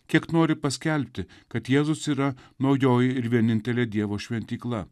kiek nori paskelbti kad jėzus yra naujoji ir vienintelė dievo šventykla